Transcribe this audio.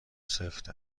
سفت